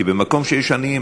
כי במקום שיש עניים,